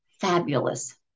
fabulous